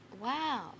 Wow